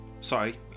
sorry